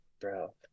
bro